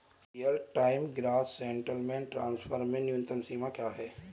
Real time gross settlement transfer में न्यूनतम सीमा क्या है?